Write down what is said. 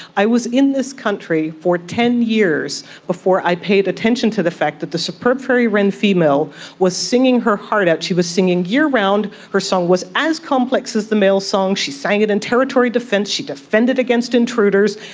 i was in this country for ten years before i paid attention to the fact that the superb fairy wren female was singing her heart out, she was singing year round, her song was as complex as the male song, she sang in and territorial defence, she defended against intruders.